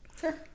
sure